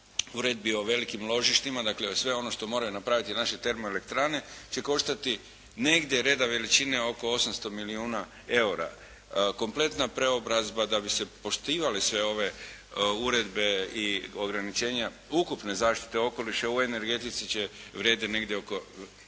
uredbi o velikim ložištima, dakle sve ono što moraju napraviti naše termoelektrane će koštati negdje reda veličine oko 800 milijuna eura. Kompletna preobrazba da bi se poštivale sve ove uredbe i ograničenja ukupne zaštite okoliša u energetici će, vrijedi negdje oko,